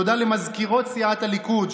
תודה למזכירות סיעת הליכוד,